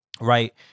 right